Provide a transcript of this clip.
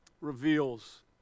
reveals